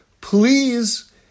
please